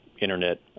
Internet